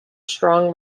strong